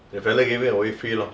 that fellow giving away free lor